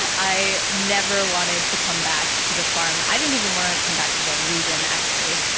i never wanted to come back to the farm. i didn't even want to come back to the region actually.